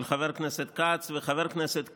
של חבר הכנסת כץ ושל חבר הכנסת קיש,